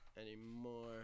anymore